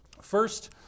First